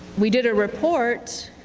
we did a report,